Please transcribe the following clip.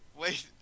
Wait